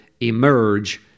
emerge